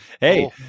Hey